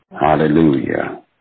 Hallelujah